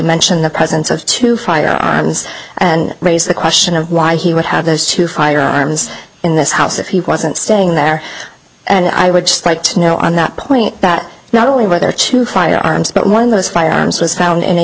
mention the presence of two firearms and raise the question of why he would have those two firearms in this house if he wasn't staying there and i would just like to know on that point that not only were there two firearms but one of those firearms was found